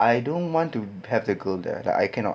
I don't want to have the girl there like I cannot